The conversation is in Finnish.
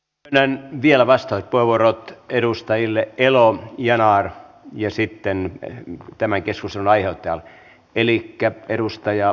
myönnän vielä vastauspuheenvuorot edustajille elo ja yanar ja sitten tämän keskustelun aiheuttajalle